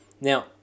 now